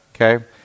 Okay